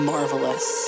Marvelous